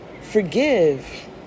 Forgive